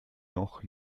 noch